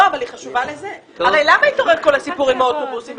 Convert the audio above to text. כל הסיפור עם האוטובוסים?